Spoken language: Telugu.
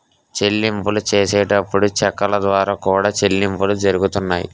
చెల్లింపులు చేసేటప్పుడు చెక్కుల ద్వారా కూడా చెల్లింపులు జరుగుతున్నాయి